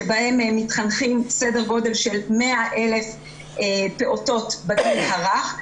שבהם מתחנכים כ-100,000 פעוטות בגיל הרך.